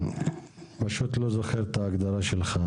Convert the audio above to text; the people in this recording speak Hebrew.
פשוט לא זוכר את ההגדרה שלך,